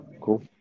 Cool